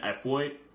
Floyd